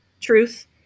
truth